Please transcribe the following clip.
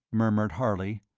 murmured harley.